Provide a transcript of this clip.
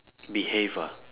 behave ah